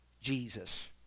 Jesus